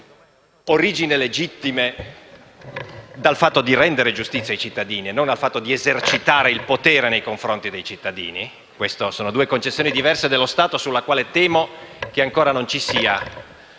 nelle sue origini legittime, dal fatto di rendere giustizia ai cittadini e non dal fatto di esercitare il potere nei confronti dei cittadini - sono due concezioni diverse dello Stato su cui temo che ancora non ci sia